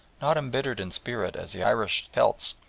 not embittered in spirit as the irish celts,